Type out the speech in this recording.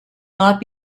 not